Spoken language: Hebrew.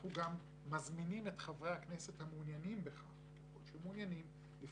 אנחנו גם מזמינים את חברי הכנסת המעוניינים בכך לפעול